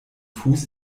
fuß